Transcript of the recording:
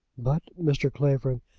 but, mr. clavering,